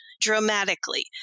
dramatically